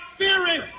fearing